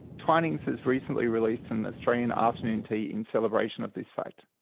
twinings has recently released an australian afternoon tea in celebration of this fact.